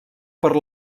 per